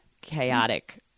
chaotic